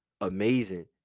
amazing